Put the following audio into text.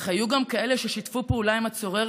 אך היו גם כאלה ששיתפו פעולה עם הצורר